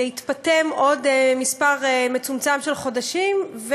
להתפטם עוד מספר מצומצם של חודשים,